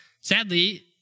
Sadly